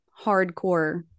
hardcore